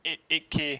eight eight K